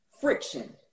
friction